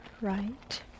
right